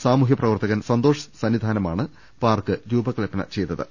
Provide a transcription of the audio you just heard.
സാമൂഹ്യ പ്രവർത്തകൻ സന്തോഷ് സന്നിധാനമാണ് പാർക്ക് രൂപ കൽപന ചെയ്തത്